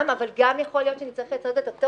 וגם יכול להיות שנצטרך לעשות את אותו